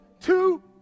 two